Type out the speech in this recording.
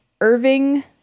Irving